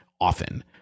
often